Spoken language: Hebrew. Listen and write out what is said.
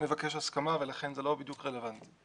מבקש הסכמה, ולכן זה לא בדיוק רלוונטי.